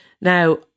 Now